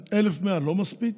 1,100 לא מספיק.